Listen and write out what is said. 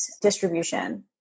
distribution